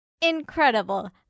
Incredible